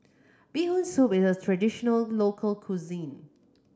Bee Hoon Soup is a traditional local cuisine